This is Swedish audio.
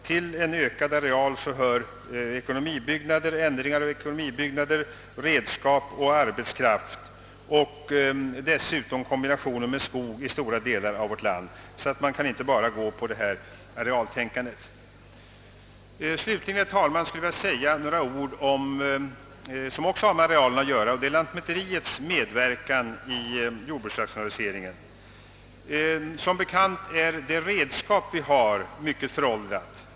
Till en ökad areal hör ändring eller nybyggnad av ekonomibyggnader, nya redskap, annan arbetskraft och dessutom kombination med skog i stora delar av landet. Man kan alltså inte bara gå efter detta arealtänkande. Herr talman! Slutligen skulle jag vilja säga några ord om en sak som också har med areal att göra, nämligen lantmäteriets medverkan i jordbruksrationaliseringen. Som bekant är det redskap vi har mycket föråldrat.